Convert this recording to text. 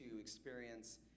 experience